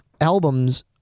albums